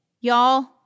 Y'all